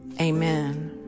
Amen